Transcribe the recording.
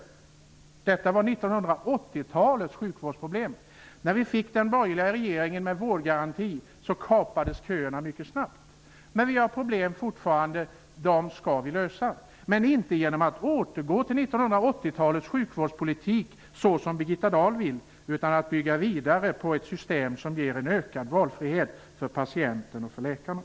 Detta var 1980-talets sjukvårdsproblem. När vi med den borgerliga regeringen fick vårdgarantin kapades köerna mycket snabbt. Men vi har fortfarande problem. Dessa skall vi lösa, men inte genom att återgå till 1980-talets sjukvårdspolitik såsom Birgitta Dahl vill, utan genom att bygga vidare på ett system som ger en ökad valfrihet för patienterna och för läkarna.